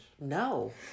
No